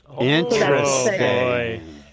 Interesting